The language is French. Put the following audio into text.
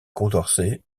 condorcet